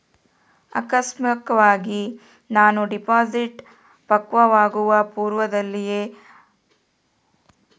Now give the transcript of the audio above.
ಆಕಸ್ಮಿಕವಾಗಿ ನಾನು ಡಿಪಾಸಿಟ್ ಪಕ್ವವಾಗುವ ಪೂರ್ವದಲ್ಲಿಯೇ ಮೃತನಾದರೆ ಏನು ಮಾಡಬೇಕ್ರಿ?